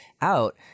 out